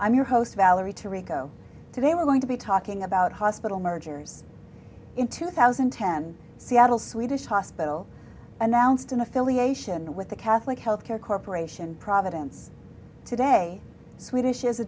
i'm your host valerie to rico today we're going to be talking about hospital mergers in two thousand and ten seattle swedish hospital announced an affiliation with the catholic health care corporation providence today swedish